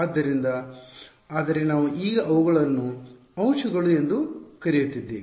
ಆದ್ದರಿಂದ ಆದರೆ ನಾವು ಈಗ ಅವುಗಳನ್ನು ಅಂಶಗಳು ಎಂದು ಕರೆಯುತ್ತಿದ್ದೇವೆ